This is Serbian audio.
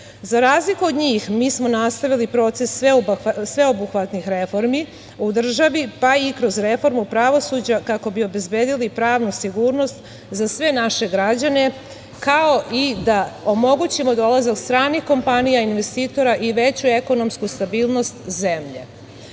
razliku od njih, mi smo nastavili proces sveobuhvatnih reformi u državi, pa i kroz reformu pravosuđa kako bi obezbedili pravnu sigurnost za sve naše građane, kao i da omogućimo dolazak stranih kompanija, investitora i veću ekonomsku stabilnost zemlje. Pred